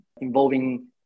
involving